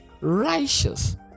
Righteous